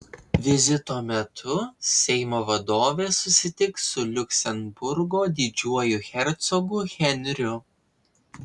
vizito metu seimo vadovė susitiks su liuksemburgo didžiuoju hercogu henriu